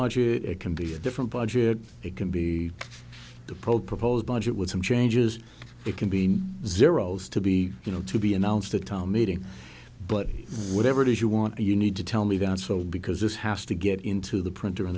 budget it can be a different budget it can be the pro proposed budget with some changes it can be zeroes to be you know to be announced that tom meeting but whatever it is you want you need to tell me down so because this has to get into the print